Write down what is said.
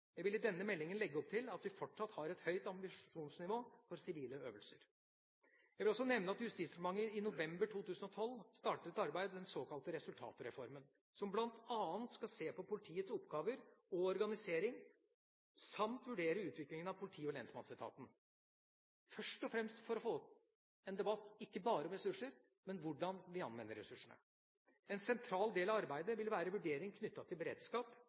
Jeg vil i denne meldingen legge opp til at vi fortsatt har et høyt ambisjonsnivå for sivile øvelser. Jeg vil også nevne at Justisdepartementet i november 2010 startet et arbeid, den såkalte resultatreformen, som bl.a. skal se på politiets oppgaver og organisering samt vurdere utviklingen av politi- og lensmannsetaten – først og fremst for å få opp en debatt ikke bare om ressurser, men også om hvordan vi anvender ressursene. En sentral del av arbeidet vil være vurderinger knyttet til beredskap,